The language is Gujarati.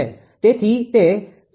તેથી તે 2